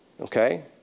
Okay